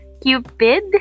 Cupid